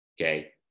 Okay